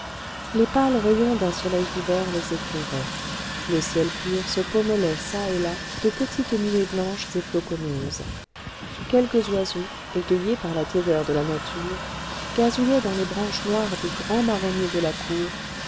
les pâles rayons d'un soleil d'hiver les éclairaient le ciel pur se pommelait çà et là de petites nuées blanches et floconneuses quelques oiseaux égayés par la tiédeur de la température gazouillaient dans les branches noires des grands marronniers de la cour